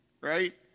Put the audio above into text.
right